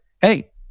hey